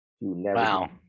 Wow